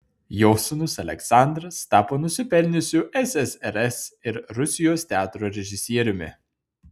jo sūnus aleksandras tapo nusipelniusiu ssrs ir rusijos teatro režisieriumi